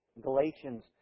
Galatians